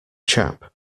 chap